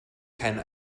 keinen